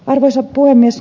arvoisa puhemies